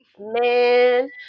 Man